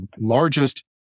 largest